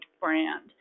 brand